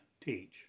teach